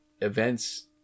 events